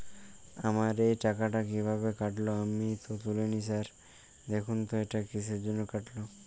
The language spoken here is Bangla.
আমার এই টাকাটা কীভাবে কাটল আমি তো তুলিনি স্যার দেখুন তো এটা কিসের জন্য কাটল?